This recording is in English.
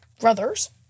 Brothers